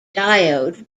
diode